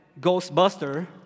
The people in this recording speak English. Ghostbuster